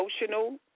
emotional